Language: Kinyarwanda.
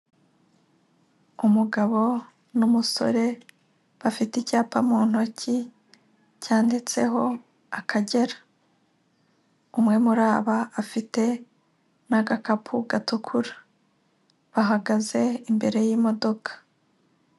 Umugabo n'umusore bafite icyapa mu ntoki cyanditseho Akagera, umwe muri aba afite n'agakapu gatukura, bahagaze imbere y'imodoka.